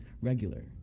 regular